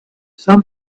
some